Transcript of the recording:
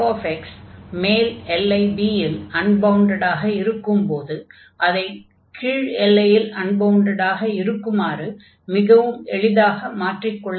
fx மேல் எல்லை b இல் அன்பவுண்டடாக இருக்கும்போது அதைக் கீழ் எல்லையில் அன்பவுண்டடாக இருக்குமாறு மிகவும் எளிதாக மாற்றிக் கொள்ள முடியும்